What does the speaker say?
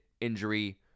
Injury